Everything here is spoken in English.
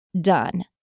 done